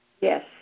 Yes